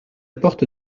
porte